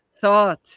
thought